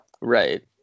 right